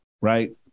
right